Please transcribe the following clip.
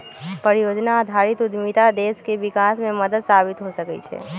परिजोजना आधारित उद्यमिता देश के विकास में मदद साबित हो सकइ छै